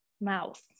mouth